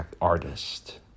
Artist